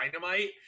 dynamite